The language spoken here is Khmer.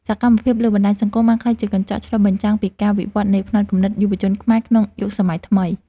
សកម្មភាពលើបណ្តាញសង្គមបានក្លាយជាកញ្ចក់ឆ្លុះបញ្ចាំងពីការវិវឌ្ឍនៃផ្នត់គំនិតយុវជនខ្មែរក្នុងយុគសម័យថ្មី។